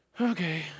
Okay